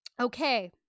Okay